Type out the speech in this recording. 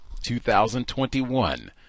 2021